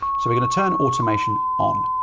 so we're going to turn automation on.